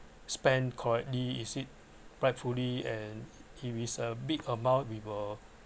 spend correctly is it fully and it is a big amount we will